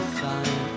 sign